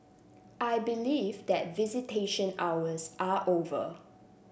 I believe that visitation hours are over